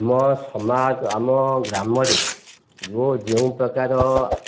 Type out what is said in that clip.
ଆମ ସମାଜ ଆମ ଗ୍ରାମରେ ଯେଉଁ ପ୍ରକାର